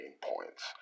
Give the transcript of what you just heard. points